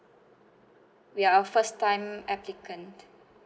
we are a first time applicant